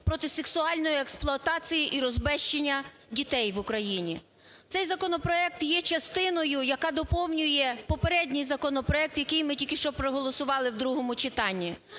проти сексуальної експлуатації і розбещення дітей в Україні. Цей законопроект є частиною, яка доповнює попередній законопроект, яким ми тільки що проголосували в другому читанні.